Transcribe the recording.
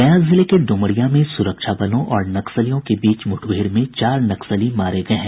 गया जिले के ड्रमरिया में सुरक्षा बलों और नक्सलियों के बीच मुठभेड़ में चार नक्सली मारे गये हैं